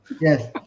yes